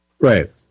Right